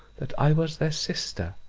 that i was their sister,